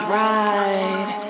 ride